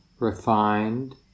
refined